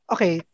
Okay